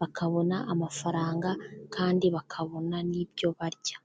bakabona amafaranga kandi bakabona n'ibyo barya.